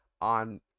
on